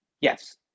Yes